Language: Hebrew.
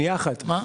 כבוד היושב-ראש,